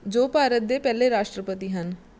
ਜੋ ਭਾਰਤ ਦੇ ਪਹਿਲੇ ਰਾਸ਼ਟਰਪਤੀ ਹਨ